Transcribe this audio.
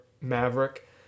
Maverick